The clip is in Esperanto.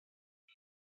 nek